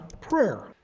prayer